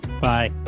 Bye